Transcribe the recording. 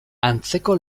antzeko